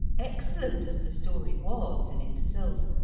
excellent as the story was in itself,